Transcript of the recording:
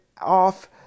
off